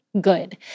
good